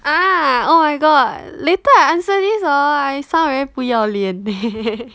ah oh my god later I answer this ah I sound very 不要脸